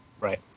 Right